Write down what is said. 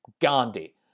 Gandhi